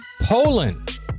Poland